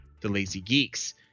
TheLazyGeeks